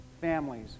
families